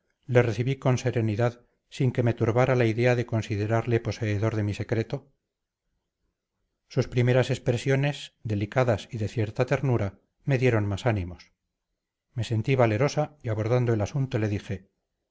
le recibí con serenidad sin que me turbara la idea de considerarle poseedor de mi secreto sus primeras expresiones delicadas y de cierta ternura me dieron más ánimos me sentí valerosa y abordando el asunto le dije